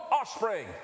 offspring